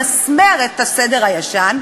למסמר את הסדר הישן,